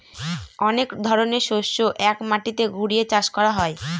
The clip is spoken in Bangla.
অনেক ধরনের শস্য এক মাটিতে ঘুরিয়ে চাষ করা হয়